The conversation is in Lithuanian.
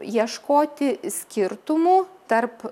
ieškoti skirtumų tarp